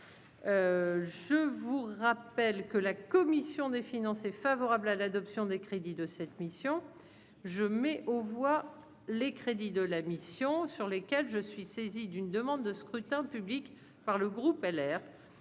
je vous rappelle que la commission des finances, est favorable à l'adoption des crédits de cette mission je mets aux voix les crédits de la mission sur lesquels je suis saisi d'une demande de scrutin public par le groupe LR